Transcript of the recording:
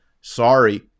Sorry